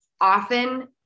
often